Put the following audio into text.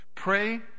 Pray